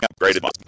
upgraded